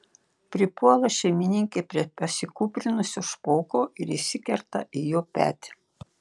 pripuola šeimininkė prie pasikūprinusio špoko ir įsikerta į jo petį